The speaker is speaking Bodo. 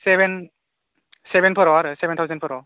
सेभेनफोराव आरो सेभेन थावजेनफोराव